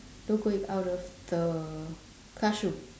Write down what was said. no going out of the classroom